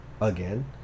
again